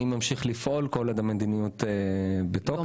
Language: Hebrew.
אני ממשיך לפעול כל עוד המדיניות בתוקף.